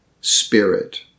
Spirit